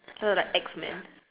her like X men